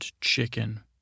chicken